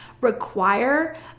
require